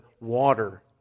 water